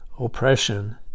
oppression